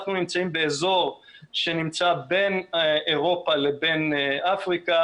אנחנו נמצאים באזור שנמצא בין אירופה לבין אפריקה